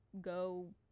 go